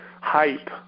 hype